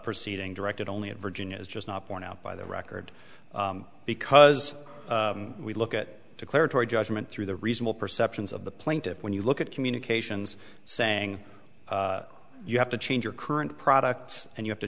proceeding directed only at virginia is just not borne out by the record because we look at declaratory judgment through the reasonable perceptions of the plaintiffs when you look at communications saying you have to change your current products and you have to